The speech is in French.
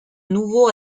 nouveau